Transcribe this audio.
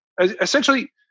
essentially